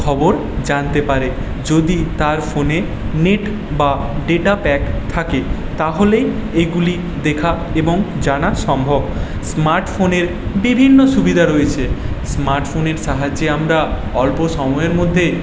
খবর জানতে পারে যদি তার ফোনে নেট বা ডেটা প্যাক থাকে তাহলেই এগুলি দেখা এবং জানা সম্ভব স্মার্ট ফোনের বিভিন্ন সুবিধা রয়েছে স্মার্ট ফোনের সাহায্যে আমরা অল্প সময়ের মধ্যে